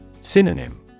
Synonym